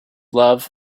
love